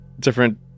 Different